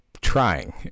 trying